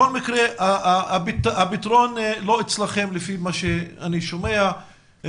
בכל מקרה, לפי מה שאני שומע הפתרון לא אצלכם.